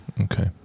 okay